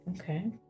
okay